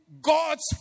God's